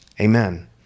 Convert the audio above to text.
Amen